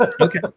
Okay